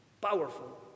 powerful